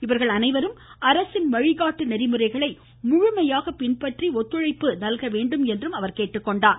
இவர்கள் அனைவரும் அரசின் வழிகாட்டு நெறிமுறைகளை முழுமையாக பின்பற்றி ஒத்துழைப்பு தரவேண்டும் எனவும் கேட்டுக்கொண்டுள்ளார்